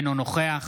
אינו נוכח